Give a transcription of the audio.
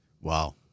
Wow